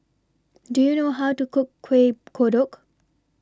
Do YOU know How to Cook Kueh Kodok